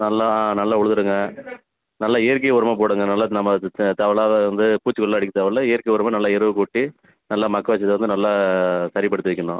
நல்லா நல்லா உழுதுடுங்க நல்ல இயற்கை உரமாக போடுங்க நல்ல நம்ம தேவை இல்லாத வந்து பூச்சிக்கொல்லிலாம் அடிக்க தேவை இல்லை இயற்கை உரமாக நல்ல எரு கொட்டி நல்ல மக்க வைத்ததை வந்து நல்லா சரிபடுத்தி வைக்கணும்